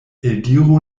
eldiru